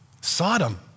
Sodom